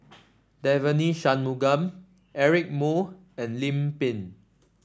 Devagi Sanmugam Eric Moo and Lim Pin